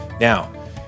Now